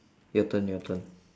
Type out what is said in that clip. your turn your turn